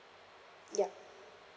ya